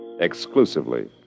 exclusively